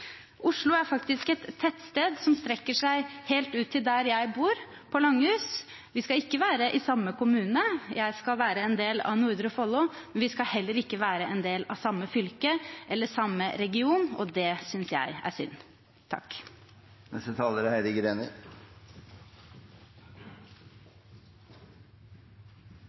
Oslo er faktisk et tettsted som strekker seg helt ut til der jeg bor, på Langhus. Vi skal ikke være i samme kommune, jeg skal være en del av Nordre Follo. Men vi skal heller ikke være en del av samme fylke eller samme region, og det synes jeg er synd. Representanten Heidi Greni